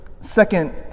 second